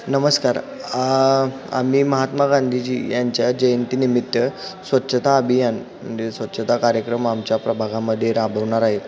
नमस्कार आम्ही महात्मा गांधीजी यांच्या जयंतीनिमित्त स्वच्छता अभियान म्हणजे स्वच्छता कार्यक्रम आमच्या प्रभागामध्ये राबवणार आहे